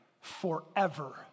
forever